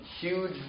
huge